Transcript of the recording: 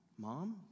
mom